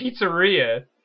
pizzeria